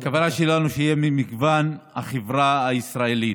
הכוונה שלנו היא שיהיה ממגוון החברה הישראלית.